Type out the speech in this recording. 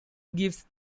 gives